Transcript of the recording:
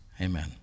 amen